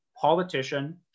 politician